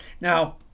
Now